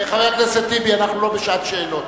חבר הכנסת טיבי, אנחנו לא בשעת שאלות.